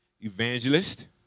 evangelist